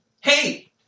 Hey